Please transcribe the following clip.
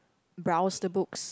browse the books